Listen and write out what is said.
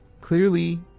clearly